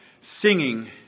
singing